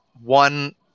one